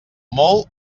molt